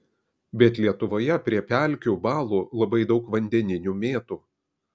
bet lietuvoje prie pelkių balų labai daug vandeninių mėtų